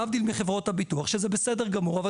להבדיל מחברות הביטוח שזה בסדר גמור אבל